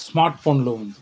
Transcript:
smart ఫోన్లో ఉంది